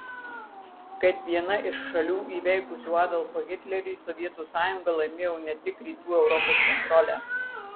kaip viena iš šalių įveikusių adolfą hitlerį sovietų sąjunga laimėjo ne tik rytų europos kontrolę